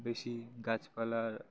বেশি গাছপালার